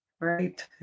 Right